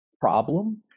problem